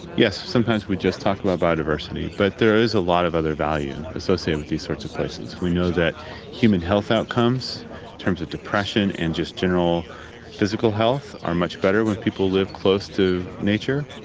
yes, sometimes we just talk about biodiversity but there is a lot of other value associated with these sorts of places. we know that human health outcomes in terms of depression and just general physical health are much better when people live close to nature.